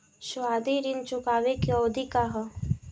सावधि ऋण चुकावे के अवधि का ह?